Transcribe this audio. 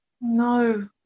No